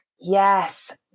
Yes